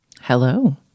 Hello